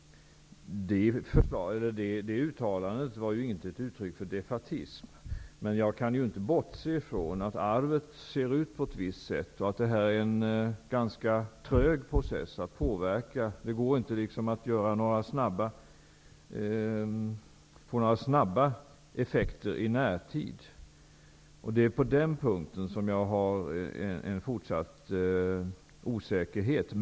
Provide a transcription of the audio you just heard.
Det uttalandet var ju inte ett uttryck för defaitism, men jag kan inte bortse från att arvet ser ut på ett visst sätt och att det gäller en process som är ganska trög att påverka. Det går inte att få några snabba effekter i närtid, och det är på den punkten som jag har en fortsatt osäkerhet.